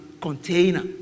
container